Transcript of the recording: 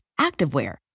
activewear